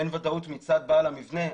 אין ודאות מצד בעל המבנה,